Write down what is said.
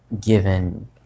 given